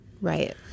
right